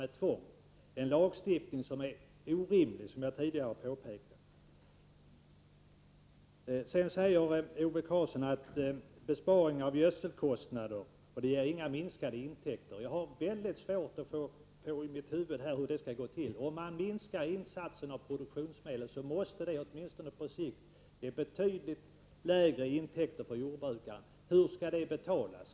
Att ta till lagstiftning i detta fall är, som jag tidigare har påpekat, orimligt. Ove Karlsson sade att förslaget innebär besparingar när det gäller gödselkostnader och att det inte leder till några minskade intäkter. Jag har väldigt svårt att över huvud taget begripa hur det kan vara möjligt. Om man minskar insatsen av produktionsmedel måste det åtminstone på sikt ge betydligt lägre intäkter för jordbrukaren. Hur skall det kompenseras?